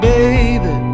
Baby